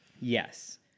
Yes